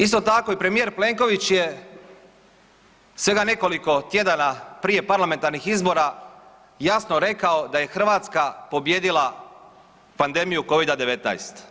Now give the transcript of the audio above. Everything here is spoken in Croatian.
Isto tako i premijer Plenković je svega nekoliko tjedana prije parlamentarnih izbora jasno rekao da je Hrvatska pobijedila pandemiju Covida-19.